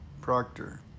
Proctor